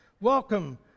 Welcome